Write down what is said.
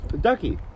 Ducky